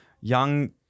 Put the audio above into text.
young